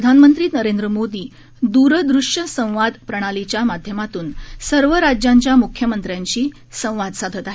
प्रधानमंत्री नरेंद्र मोदी दूरवृष्य संवाद प्रणालीच्या माध्यमातून सर्व राज्यांच्या मुख्यमंत्र्यांशी संवाद साधत आहेत